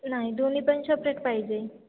नाही दोन्ही पण सपरेट पाहिजे